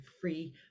free